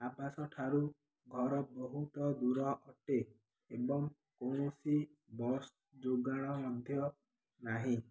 ଆବାସ ଠାରୁ ଘର ବହୁତ ଦୂର ଅଟେ ଏବଂ କୌଣସି ବସ୍ ଯୋଗାଣ ମଧ୍ୟ ନାହିଁ